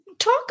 Talk